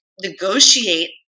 negotiate